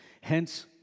Hence